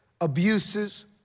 abuses